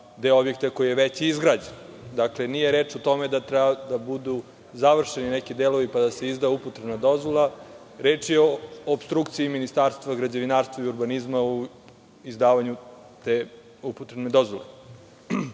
deo objekta koji je već izgrađen. Dakle, nije reč o tome da treba da budu završeni neki delovi, pa da se izda upotrebna dozvola. Reč je o opstrukciji Ministarstva građevinarstva i urbanizma u izdavanju te upotrebne dozvole. Ovo